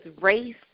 race